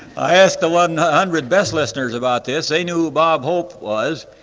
i asked the one hundred best listeners about this they knew who bob hope was,